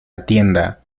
atienda